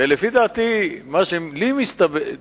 ולפי דעתי, מה שלי נראה,